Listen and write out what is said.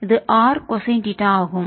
இது r cosine theta ஆகும்